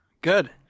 Good